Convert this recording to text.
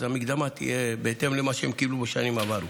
אז המקדמה תהיה בהתאם למה שהם קיבלו בשנים עברו.